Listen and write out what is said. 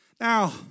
Now